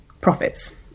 profits